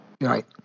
Right